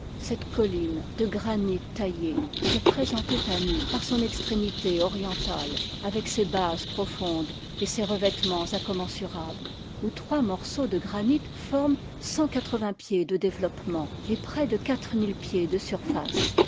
cette colline de granit taillé se présentait à nous par son extrémité orientale avec ses bases profondes et ses revêtemens incommensurables où trois morceaux de granit forment cent quatre-vingts pieds de développement et près de quatre mille pieds de surface